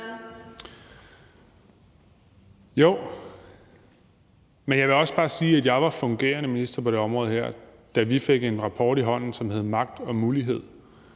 Jo, men jeg vil også bare sige, at jeg var fungerende minister på det her område, da vi fik en rapport i hånden, som hed »Magt og (M)ulighed«,